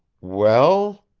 well?